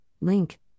link